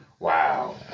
Wow